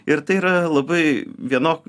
ir tai yra labai vienok